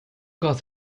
grâce